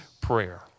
prayer